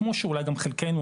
כמו שאולי גם חלקנו,